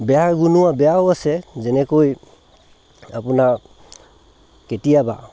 বেয়া গুণো বেয়াও আছে যেনেকৈ আপোনাৰ কেতিয়াবা